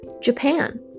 Japan